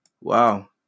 Wow